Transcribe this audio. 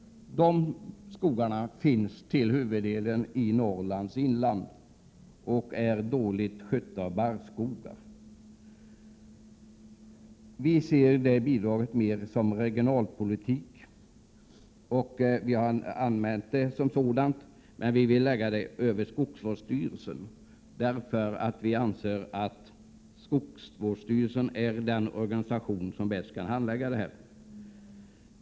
De här aktuella skogarna finns till huvuddelen i Norrlands inland. Det är fråga om dåligt skötta barrskogar. Vi menar att det här bidraget skall ses som ett huvudsakligen regionalpolitiskt stöd, och det har också använts på ett sådant sätt. Vi vill att detta anslag överförs till skogsvårdsstyrelserna, eftersom vi anser att skogsvårdsstyrelserna är den organisation som bäst kan handlägga dessa frågor.